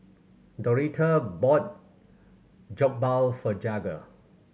Doretha bought Jokbal for Jagger